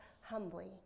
humbly